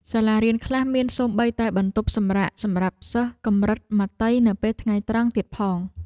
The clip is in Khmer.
សាលារៀនខ្លះមានសូម្បីតែបន្ទប់សម្រាកសម្រាប់សិស្សកម្រិតមត្តេយ្យនៅពេលថ្ងៃត្រង់ទៀតផង។